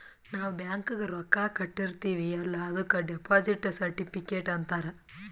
ನಾವ್ ಬ್ಯಾಂಕ್ಗ ರೊಕ್ಕಾ ಕಟ್ಟಿರ್ತಿವಿ ಅಲ್ಲ ಅದುಕ್ ಡೆಪೋಸಿಟ್ ಸರ್ಟಿಫಿಕೇಟ್ ಅಂತಾರ್